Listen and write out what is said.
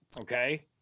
Okay